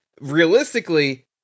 realistically